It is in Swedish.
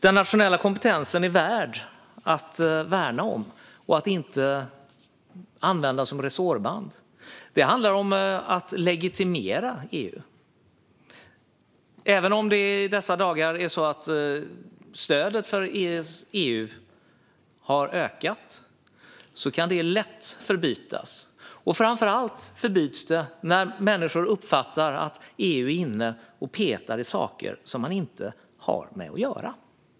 Den nationella kompetensen är värd att värnas. Den ska inte användas som resårband. Det handlar om att legitimera EU. Även om det i dessa dagar är så att stödet för EU har ökat kan det lätt förbytas, och framför allt förbyts det när människor uppfattar att EU är inne och petar i saker det inte har med att göra.